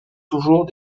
toujours